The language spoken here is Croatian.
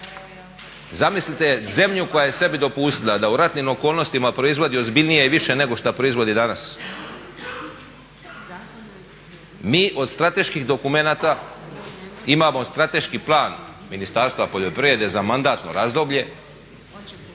Zamislite zemlju koja je sebi dopustila da u ratnim okolnostima proizvodi ozbiljnije i više nego što proizvodi danas. Mi od strateških dokumenata imamo strateški plan Ministarstva poljoprivrede za mandatno razdoblje, a